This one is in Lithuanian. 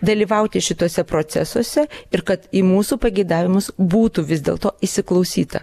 dalyvauti šituose procesuose ir kad į mūsų pageidavimus būtų vis dėlto įsiklausyta